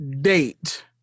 date